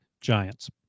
Giants